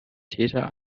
täter